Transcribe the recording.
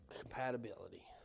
compatibility